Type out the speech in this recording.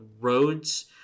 roads